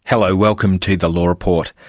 hello, welcome to the law report.